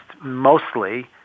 mostly